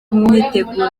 myiteguro